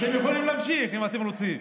אתם יכולים להמשיך, אם אתם רוצים.